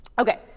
Okay